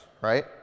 right